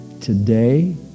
today